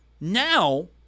now